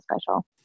special